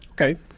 Okay